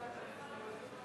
חברי הכנסת מהרשימה המשותפת,